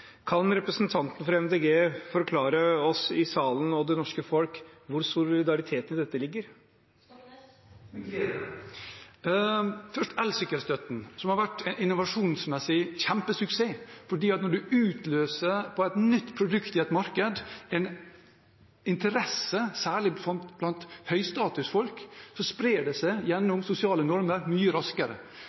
Kan representanten fra Miljøpartiet De Grønne forklare oss i salen og det norske folk hvor solidariteten i dette ligger? Med glede! Først til elsykkelstøtten, som innovasjonsmessig har vært en kjempesuksess: Når et nytt produkt i et marked utløser en interesse, særlig blant høystatusfolk, sprer det seg mye raskere gjennom sosiale normer.